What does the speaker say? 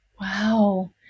Wow